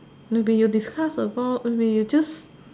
maybe you discuss about maybe you just